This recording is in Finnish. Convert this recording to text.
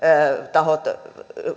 tahot